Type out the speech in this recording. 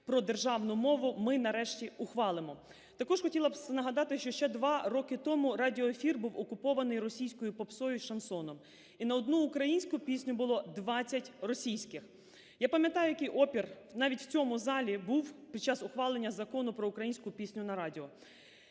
про державну мову ми нарешті ухвалимо. Також хотіла б нагадати, що ще 2 роки тому радіоефір був окупований російською попсою ішансоном. І на 1 українську пісню було 20 російських. Я пам'ятаю, який опір навіть в цьому залі був під час ухвалення Закону про українську пісню на радіо